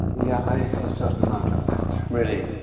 yeah i had a certain amount of that. really?